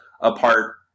Apart